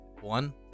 One